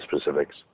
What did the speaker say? specifics